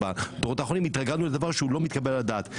בדורות האחרונים התרגלנו לדבר שהוא לא מקבל על הדעת.